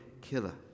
killer